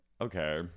okay